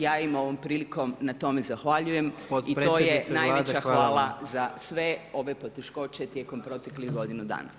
Ja im ovom prilikom na tome zahvaljujem i to je najveća hvala za sve ove poteškoće tijekom proteklih godinu dana.